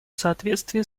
соответствии